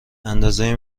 اندازه